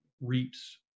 reaps